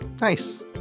Nice